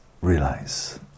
realize